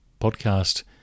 podcast